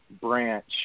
branch